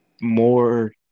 more